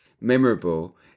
memorable